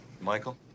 Michael